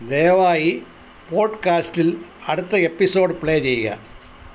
ദയവായി പോഡ്കാസ്റ്റിൽ അടുത്ത എപ്പിസോഡ് പ്ലേ ചെയ്യുക